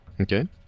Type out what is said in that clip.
Okay